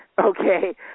Okay